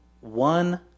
one